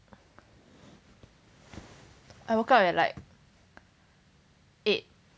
I woke up at like eight